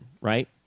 right